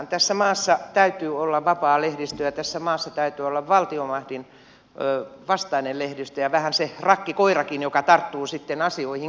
tässä maassa täytyy olla vapaa lehdistö ja tässä maassa täytyy olla valtiomahdin vastainen lehdistö ja vähän se rakkikoirakin joka tarttuu sitten asioihin kiinni